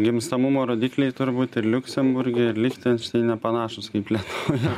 gimstamumo rodikliai turbūt ir liuksemburge ir lichtenšteine panašūs kaip lietuvoje